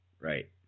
Right